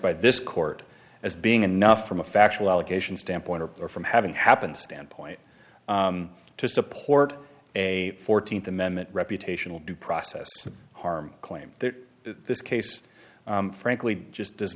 by this court as being enough from a factual allegations standpoint or from having happened standpoint to support a fourteenth amendment reputational due process harm claims this case frankly just does